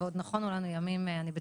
ואני בטוחה שעוד נכונו לנו ימים ארוכים,